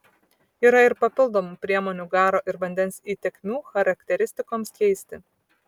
yra ir papildomų priemonių garo ir vandens įtekmių charakteristikoms keisti